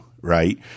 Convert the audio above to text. right